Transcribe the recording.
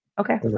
Okay